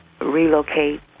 relocate